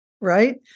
right